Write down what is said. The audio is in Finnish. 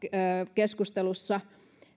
keskustelussa